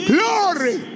Glory